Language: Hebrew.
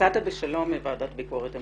יצאת בשלום מוועדת ביקורת המדינה.